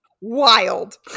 wild